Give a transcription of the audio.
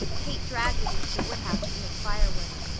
kate dragged it into the woodhouse to make firewood.